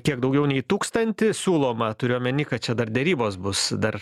kiek daugiau nei tūkstantį siūloma turiu omeny kad čia dar derybos bus dar